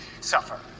suffer